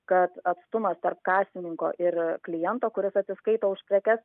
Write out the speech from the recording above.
kad atstumas tarp kasininko ir kliento kuris atsiskaito už prekes